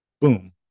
boom